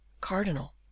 cardinal